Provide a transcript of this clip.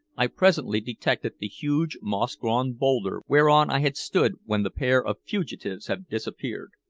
i presently detected the huge moss-grown boulder whereon i had stood when the pair of fugitives had disappeared.